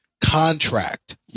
contract